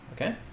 Okay